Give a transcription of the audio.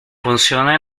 funciona